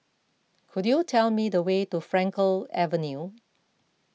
could you tell me the way to Frankel Avenue